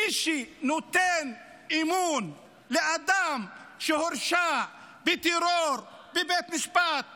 מי שנותן אמון באדם שהורשע בטרור בבית משפט ישראלי,